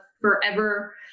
forever